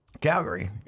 Calgary